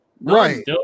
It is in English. Right